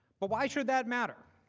but why should that matter?